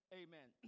amen